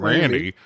Randy